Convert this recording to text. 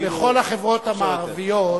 בכל החברות המערביות,